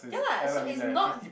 ya lah so it's not